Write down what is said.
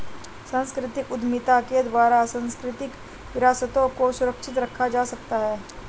सांस्कृतिक उद्यमिता के द्वारा सांस्कृतिक विरासतों को सुरक्षित रखा जा सकता है